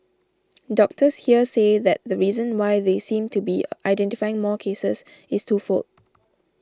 doctors here say that the reason why they seem to be identifying more cases is twofold